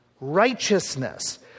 righteousness